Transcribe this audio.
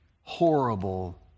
horrible